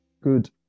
Good